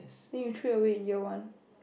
then you threw away in year one